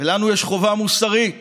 ולנו יש חובה מוסרית